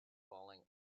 falling